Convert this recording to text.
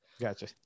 Gotcha